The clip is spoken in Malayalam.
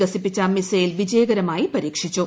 വികസിപ്പിച്ച മിസൈൽ വിജയകരമായി പരീക്ഷിച്ചു